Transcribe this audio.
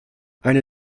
eine